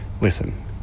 listen